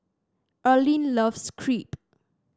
Erland loves Crepe